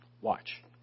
Watch